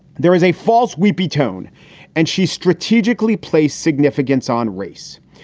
there is a false weepy tone and she strategically placed significance on race.